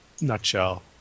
nutshell